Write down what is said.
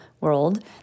world